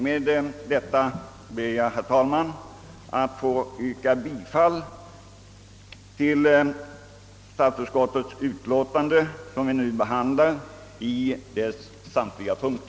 Med detta ber jag få yrka bifall till statsutskottets utlåtande nr 163 i samtliga punkter.